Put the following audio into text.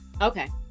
Okay